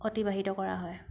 অতিবাহিত কৰা হয়